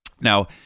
Now